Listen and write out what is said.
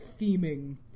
theming